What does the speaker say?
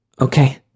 Okay